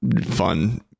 fun